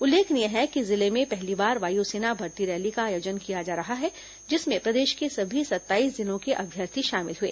उल्लेखनीय है कि जिले में पहली बार वायुसेना भर्ती रैली का आयोजन किया जा रहा है जिसमें प्रदेश के सभी सत्ताईस जिलों के अभ्यर्थी शामिल हुए